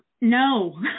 no